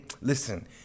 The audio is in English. Listen